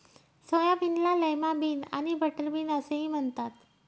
सोयाबीनला lima bean आणि butter bean असेही म्हणतात